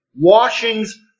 Washings